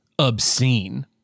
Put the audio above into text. obscene